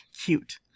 cute